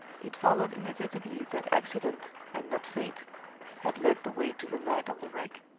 it followed inevitably that accident and not fate had led the way to the night on the wreck,